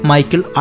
Michael